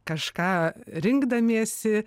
kažką rinkdamiesi